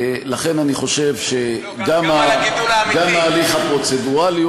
לכן אני חושב, לא, גם על הגידול האמיתי.